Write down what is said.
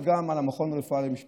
על ידי קודמיי,